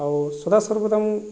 ଆଉ ସଦାସର୍ବଦା ମୁଁ